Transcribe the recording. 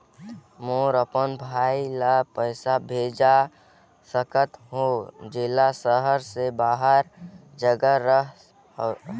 मैं अपन भाई ल पइसा भेजा चाहत हों, जेला शहर से बाहर जग रहत हवे